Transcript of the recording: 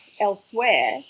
elsewhere